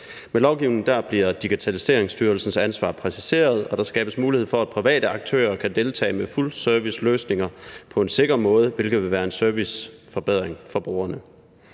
Ved lovgivning bliver Digitaliseringsstyrelsens ansvar præciseret, og der skabes mulighed for, at private aktører kan deltage med fuldserviceløsninger på en sikker måde, hvilket vil være en serviceforbedring for brugerne.